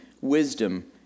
wisdom